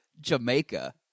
jamaica